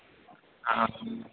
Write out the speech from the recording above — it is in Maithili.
हँ